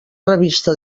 revista